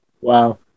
Wow